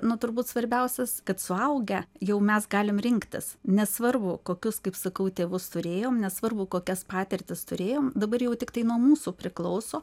nu turbūt svarbiausias kad suaugę jau mes galim rinktis nesvarbu kokius kaip sakau tėvus turėjom nesvarbu kokias patirtis turėjom dabar jau tiktai nuo mūsų priklauso